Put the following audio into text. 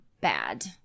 bad